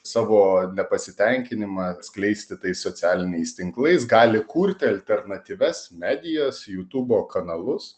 savo nepasitenkinimą skleisti tais socialiniais tinklais gali kurti alternatyvias medijas jutubo kanalus